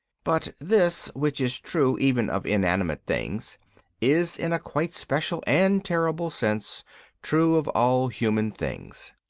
but this which is true even of inanimate things is in a quite special and terrible sense true of all human things.